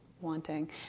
wanting